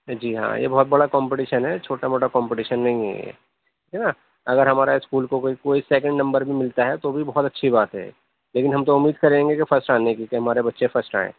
جی ہاں یہ بہت بڑا کمپٹیشن ہے چھوٹا موٹا کمپٹیشن نہیں ہے یہ ہے نہ اگر ہمارے اسکول کو کوئی کوئی سیکنڈ نمبر بھی ملتا ہے تو بھی بہت اچھی بات ہے لیکن ہم تو اُمید کریں گے کہ فسٹ آنے کی کہ ہمارے بچے فسٹ آئیں